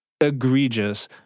egregious